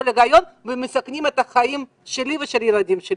היגיון ומסכנות את החיים שלי ושל ילדיי.